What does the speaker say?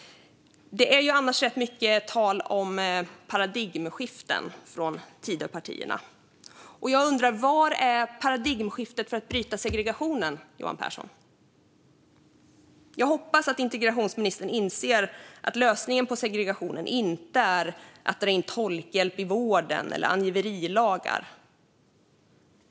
Det är annars rätt mycket tal från Tidöpartierna om paradigmskiften. Jag undrar: Var är paradigmskiftet för att bryta segregationen, Johan Pehrson? Jag hoppas att integrationsministern inser att lösningen på segregationen inte är att dra in tolkhjälp i vården eller att införa angiverilagar.